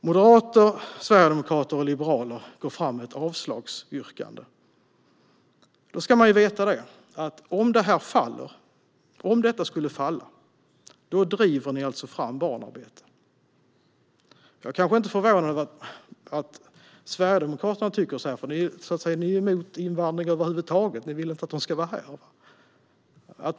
Moderater, sverigedemokrater och liberaler går fram med ett avslagsyrkande. Man ska veta att om vårt förslag skulle falla driver ni fram barnarbete. Jag är kanske inte förvånad över att Sverigedemokraterna tycker så här, för ni är ju emot invandring över huvud taget. Ni vill inte att de ska vara här.